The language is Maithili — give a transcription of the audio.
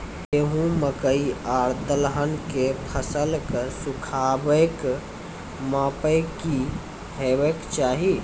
गेहूँ, मकई आर दलहन के फसलक सुखाबैक मापक की हेवाक चाही?